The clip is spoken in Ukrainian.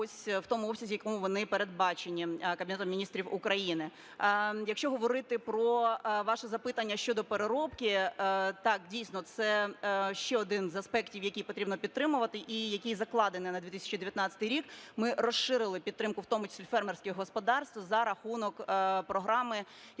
в тому обсязі, в якому вони передбачені Кабінетом Міністрів України. Якщо говорити про ваше запитання щодо переробки. Так, дійсно, це ще один з аспектів, який потрібно підтримувати і який закладений на 2019 рік. Ми розширили підтримку, в тому числі фермерських господарств, за рахунок програми, яка